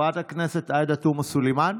חברת הכנסת עאידה תומא סלימאן,